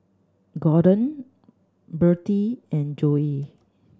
Gorden Birtie and Joey